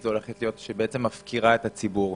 זו הולכת להיות החמישית מפקירה את הציבור.